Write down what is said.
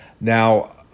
Now